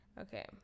Okay